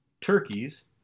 turkeys